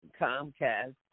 Comcast